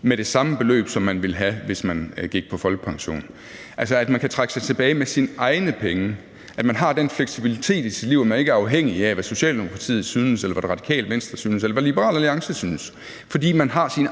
med det samme beløb, som man ville have, hvis man gik på folkepension. Man kan altså trække sig tilbage med sine egne penge; man har den fleksibilitet i sit liv, at man ikke er afhængig af, hvad Socialdemokratiet synes, eller hvad Det Radikale Venstre synes, eller hvad Liberal Alliance synes, fordi man har sine